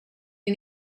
you